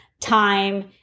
time